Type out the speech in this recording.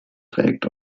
trägt